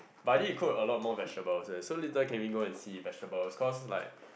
but need to go a lot more vegetable leh so later can we go and see vegetables cause like